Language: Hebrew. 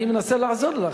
אני מנסה לעזור לך.